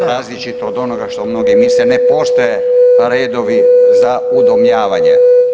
različito od onoga što mnogi misle, ne postoje redovi za udomljavanje.